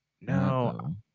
No